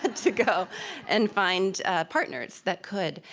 ah to go and find partners that could.